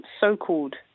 so-called